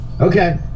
Okay